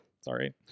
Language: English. sorry